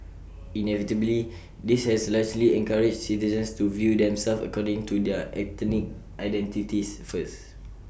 inevitably this has largely encouraged citizens to view themselves according to their ethnic identities first